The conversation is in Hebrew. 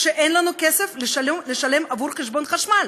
כשאין לנו כסף לשלם עבור חשבון חשמל?